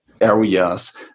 areas